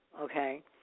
okay